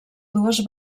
dues